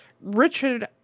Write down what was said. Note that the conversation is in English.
Richard